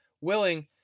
willing